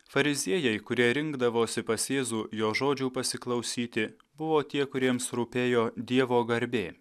fariziejai kurie rinkdavosi pas jėzų jo žodžių pasiklausyti buvo tie kuriems rūpėjo dievo garbė